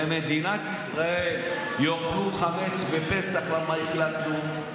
במדינת ישראל יאכלו חמץ בפסח כי החלטנו,